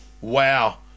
Wow